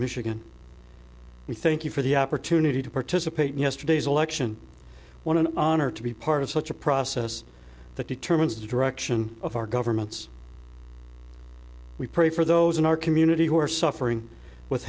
michigan we thank you for the opportunity to participate in yesterday's election one an honor to be part of such a process that determines the direction of our governments we pray for those in our community who are suffering with